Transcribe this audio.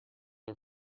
are